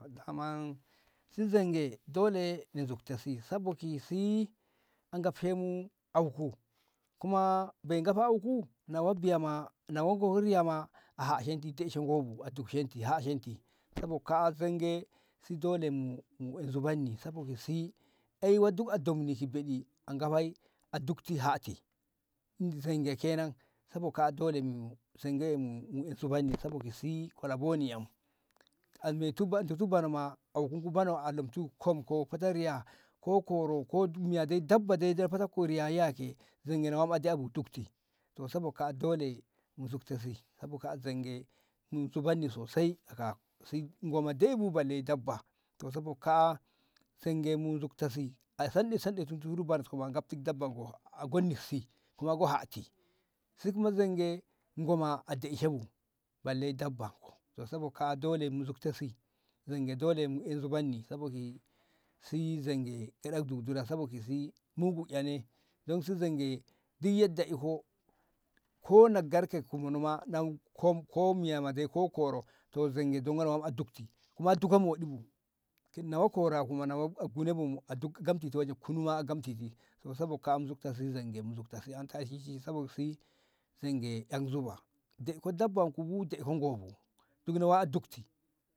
daman si zonge dole ni zukte si sabo ki si a gabshe mu auku kuma bai gafa auku na wak biya ma na wak biya riya ma a hashenti a daishe ngo bu dukshenti ha shenti so ka'a zonge si dole mu mu ai zubanni sabo ki si ƴa wai duk a domni ki ɓeɗi a gafai a dukti hati zonge kenan sabo ka'a dole zonge mu mu zubanni saboki si kola boni yam a dutu bano ma auku kubano alumtu kom ko fata riya ko koro ko duk miya dai dabba dai fata kori yayi ya ke zonge na wa a da'a bu dukti to sabo ka'a dole mu zukti si sabo ka'a zonge mu zubanni sosai akasi ngo ma dai bu balle dabba to sabo ka'a zonge mu zukta si a sanɗi- sanɗi tuturu bananko gabtu dabban ko a gonni ksi kuma go hati si kuma zonge ngo ma a daishe bu balle dabba ko to sabo ka'a dole mu zukte si zonge dole mu e zubanni sabo ki si zonge gyaɗa dudura sabo ki si mungu ƴane dan si zonge duk yanda iko ko na garke ku mono ma kom ko miyama dai ko koro to zonge na wa a dukti zonge na wak koraku waje kunu ma a dukti to sabo ka'a ma mu zuk zonge sabo ki si zonge ƴa zuba dai ko dabbanku bu daiko ngo bu duk yo wa a dukti.